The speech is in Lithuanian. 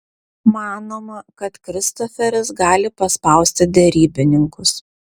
manoma kad kristoferis gali paspausti derybininkus